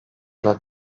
yıla